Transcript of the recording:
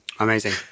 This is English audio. Amazing